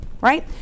Right